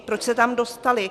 Proč se tam dostaly?